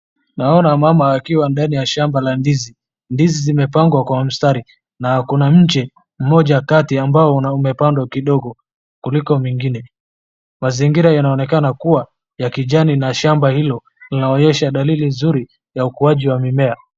Naona mama akiwa ndani ya shamba la ndizi. Ndizi zimepangwa kwa mstari na kuna mche mmoja kati ambao umepandwa kidogo kuliko mengine. Mazingira yanaonekana kuwa ya kijani na shamba hilo linaonyesha dalili nzuri ya ukuaji wa mimea.